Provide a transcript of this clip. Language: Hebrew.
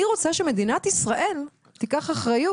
אני רוצה שמדינת ישראל תיקח אחריות.